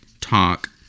talk